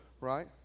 right